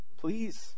Please